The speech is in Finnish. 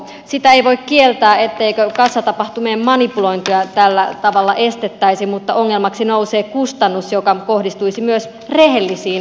sitä ei voi kieltää etteikö kassatapahtumien manipulointia tällä tavalla estettäisi mutta ongelmaksi nousee kustannus joka kohdistuisi myös rehellisiin yrittäjiin